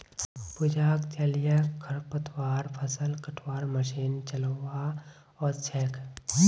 पूजाक जलीय खरपतवार फ़सल कटवार मशीन चलव्वा ओस छेक